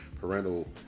parental